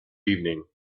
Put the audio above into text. evening